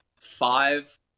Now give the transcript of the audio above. five